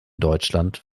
deutschland